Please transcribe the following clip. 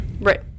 Right